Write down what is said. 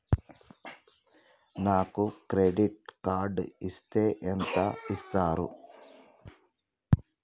నాకు credit card ఇస్తే ఎంత ఇస్తరు?